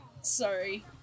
Sorry